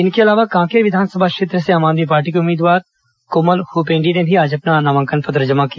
इसके अलावा कांकेर विधानसभा क्षेत्र से आम आदमी पार्टी के उम्मीदवार कोमल हपेंडी ने भी आज अपना नामांकन पत्र दाखिल किया